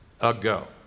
ago